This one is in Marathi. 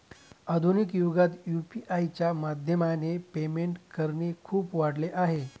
आधुनिक युगात यु.पी.आय च्या माध्यमाने पेमेंट करणे खूप वाढल आहे